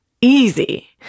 easy